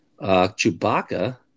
Chewbacca